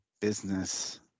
business